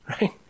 right